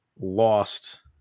lost